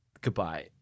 Goodbye